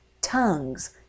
Tongues